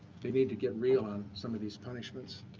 they need to get real on some of these punishments.